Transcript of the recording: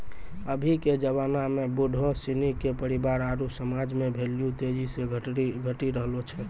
अभी के जबाना में बुढ़ो सिनी के परिवार आरु समाज मे भेल्यू तेजी से घटी रहलो छै